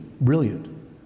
brilliant